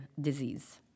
disease